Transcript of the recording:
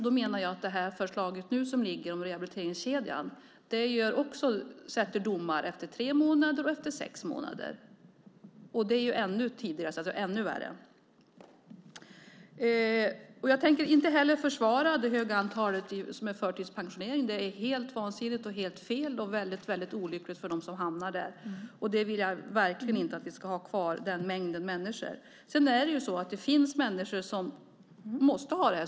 Då menar jag att det förslag som nu har lagts fram om rehabiliteringskedjan också innebär gränser - tre månader och sex månader. Det är alltså ännu tidigare och ännu värre. Jag tänker inte heller försvara det höga antal som är i förtidspensionering. Det är helt vansinnigt, helt fel och väldigt olyckligt för dem som hamnar där. Den mängden förtidspensionerade människor vill jag verkligen inte att vi ska ha.